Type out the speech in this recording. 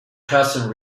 cousin